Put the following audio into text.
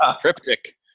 cryptic